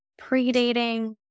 predating